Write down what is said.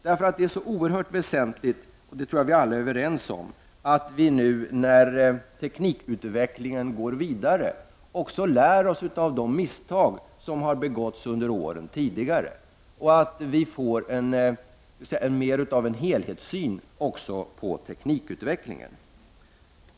Det är nämligen oerhört väsentligt, och det tror jag att vi alla är överens om, att vi nu när teknikutvecklingen går vidare också lär oss av de misstag som har begåtts under åren tidigare och att vi får mer av en helhetssyn också i fråga om teknikutvecklingen.